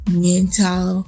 mental